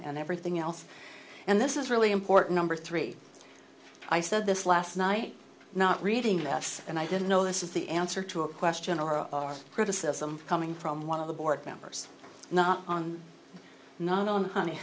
and everything else and this is really important number three i said this last night not reading last and i didn't know this is the answer to a question or a criticism coming from one of the board members not on not on honey